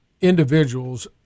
individuals